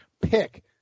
pick